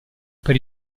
per